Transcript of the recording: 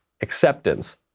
acceptance